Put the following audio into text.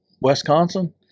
Wisconsin